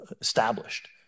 established